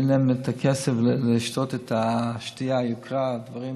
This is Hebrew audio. אין להן את הכסף לשתות את השתייה היקרה, דברים